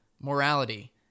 morality